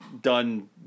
done